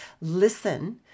listen